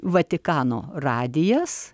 vatikano radijas